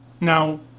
Now